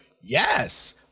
yes